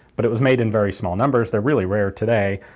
but it was made in very small numbers, they're really rare today.